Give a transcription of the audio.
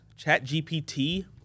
ChatGPT